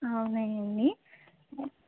అవునా అండి